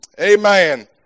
Amen